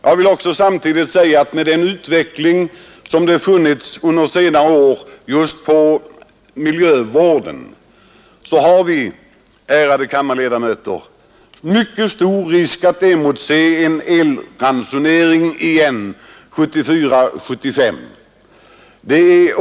Jag vill samtidigt också säga med den utveckling som har pågått under senare år just i fråga om miljövården löper vi, ärade kammarledarmöter, mycket stor risk att emotse en elransonering igen 1974—1975.